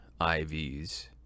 IVs